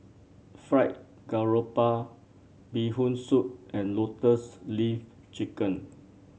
Fried Garoupa Bee Hoon Soup and Lotus Leaf Chicken